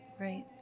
Right